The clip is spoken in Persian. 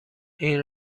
این